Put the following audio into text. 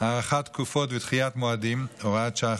הארכת תקופות ודחיית מועדים (הוראת שעה,